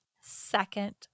second